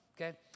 okay